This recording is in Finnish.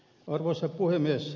arvoisa puhemies